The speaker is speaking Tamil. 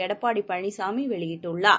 எடப்பாடிபழனிசாமிவெளியிட்டுள்ளார்